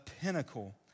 pinnacle